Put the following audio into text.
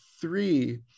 three